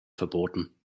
verboten